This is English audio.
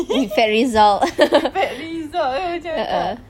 affect result a'ah